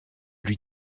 lui